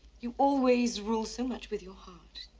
you always rule so much with your heart.